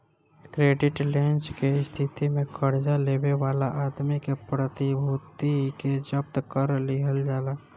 credit less के स्थिति में कर्जा लेवे वाला आदमी के प्रतिभूति के जब्त कर लिहल जाला